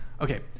Okay